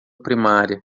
primária